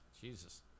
Jesus